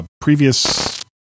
previous